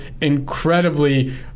incredibly